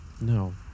No